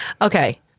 Okay